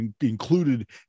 included